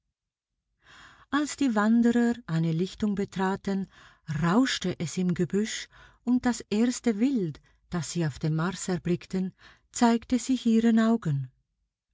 als die wanderer eine lichtung betraten rauschte es im gebüsch und das erste wild das sie auf dem mars erblickten zeigte sich ihren augen